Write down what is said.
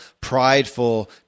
prideful